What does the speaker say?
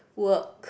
work